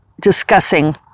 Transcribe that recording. discussing